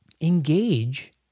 engage